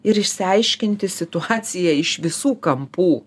ir išsiaiškinti situaciją iš visų kampų